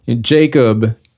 Jacob